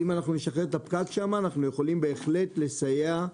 אם נשחרר את הפקק שם, אנחנו יכולים בהחלט לסייע.